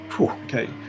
Okay